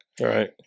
Right